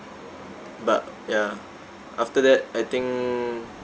but ya after that I think